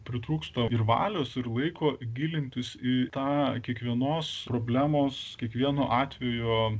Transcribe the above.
pritrūksta ir valios ir laiko gilintis į tą kiekvienos problemos kiekvienu atveju